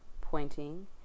pointing